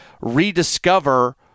rediscover